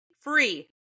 free